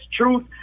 truth